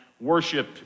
worship